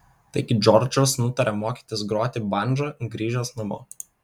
taigi džordžas nutarė mokytis groti bandža grįžęs namo